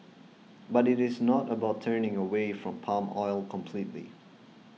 but it is not about turning away from palm oil completely